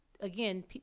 again